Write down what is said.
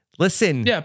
Listen